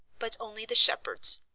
but only the shepherds.